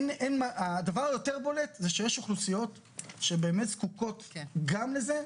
הדבר היותר בולט - שיש אוכלוסיות שבאמת זקוקות גם לזה,